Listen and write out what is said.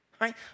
right